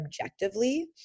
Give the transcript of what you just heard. objectively